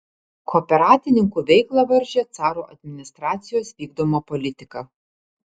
kooperatininkų veiklą varžė caro administracijos vykdoma politika